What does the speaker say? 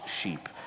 sheep